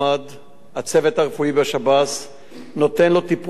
הצוות הרפואי בשב"ס נותן לו טיפול רפואי נאות,